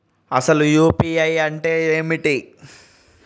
అసలు యూ.పీ.ఐ అంటే ఏమిటి?